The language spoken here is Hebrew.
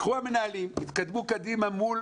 לקחו המנהלים, התקדמו קדימה מול